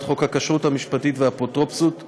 חוק הכשרות המשפטית והאפוטרופסות (תיקון,